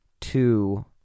two